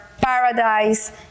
paradise